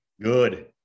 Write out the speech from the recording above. good